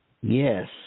Yes